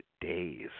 days